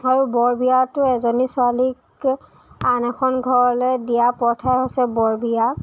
আৰু বৰ বিয়াতো এজনী ছোৱালীক আন এখন ঘৰলে দিয়া প্ৰথা হৈছে বৰবিয়া